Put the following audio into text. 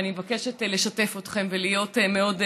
ואני מבקשת לשתף אתכם ולהיות מאוד עניינית.